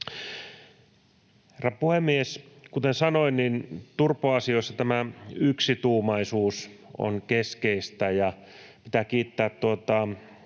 Herra puhemies! Kuten sanoin, turpo-asioissa tämä yksituumaisuus on keskeistä. Ja pitää kiittää edustaja